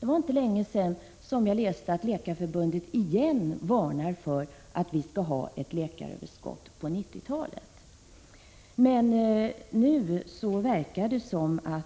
Det var inte länge sedan som jag läste att Läkarförbundet återigen varnar för att vi kommer att få ett läkaröverskott på 1990-talet. Nu verkar det dock som om